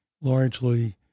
largely